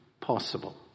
possible